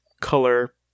color